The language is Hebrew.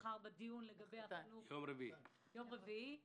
ביום רביעי בדיון.